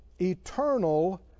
Eternal